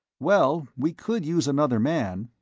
well, we could use another man.